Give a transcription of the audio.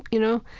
you know,